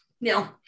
no